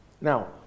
Now